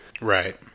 Right